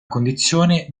condizione